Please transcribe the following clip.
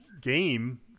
game